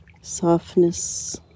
Softness